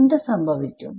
എന്ത് സംഭവിക്കും